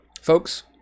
folks